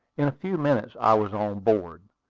in a few minutes i was on board.